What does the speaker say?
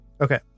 Okay